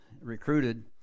recruited